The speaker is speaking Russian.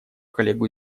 коллегу